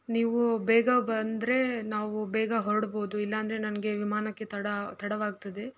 ನೀವು ಬೇಗ ಬಂದ್ರೆ ನಾವು ಬೇಗ ಹೊರ್ಡ್ಬೌದು ಇಲ್ಲಾಂದರೆ ನಮಗೆ ವಿಮಾನಕ್ಕೆ ತಡ ತಡವಾಗ್ತದೆ